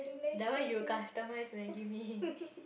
that one you customise Maggi mee